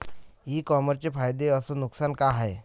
इ कामर्सचे फायदे अस नुकसान का हाये